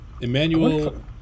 Emmanuel